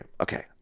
Okay